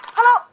Hello